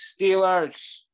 Steelers